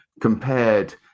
compared